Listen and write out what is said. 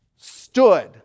Stood